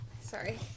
sorry